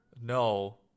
No